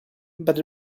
but